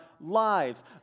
lives